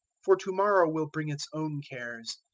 for to-morrow will bring its own cares.